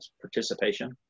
participation